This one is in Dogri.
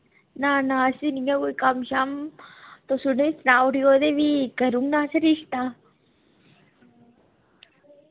ना ना असेंगी नी ऐ कोई कम्म शम्म तुस उ'नेंगी सनाउड़ेओ ते फ्ही करूना असें रिश्ता